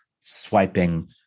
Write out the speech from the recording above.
swiping